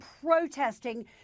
protesting